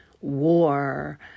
war